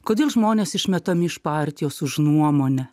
kodėl žmonės išmetami iš partijos už nuomonę